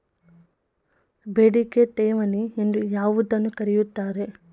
ಬೇಡಿಕೆ ಠೇವಣಿ ಎಂದು ಯಾವುದನ್ನು ಕರೆಯುತ್ತಾರೆ?